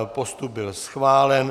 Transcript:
Postup byl schválen.